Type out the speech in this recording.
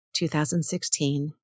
2016